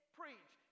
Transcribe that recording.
preach